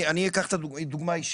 אני אקח דוגמה אישית.